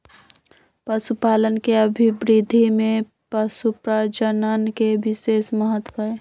पशुपालन के अभिवृद्धि में पशुप्रजनन के विशेष महत्त्व हई